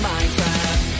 Minecraft